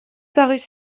parut